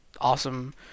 awesome